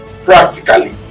Practically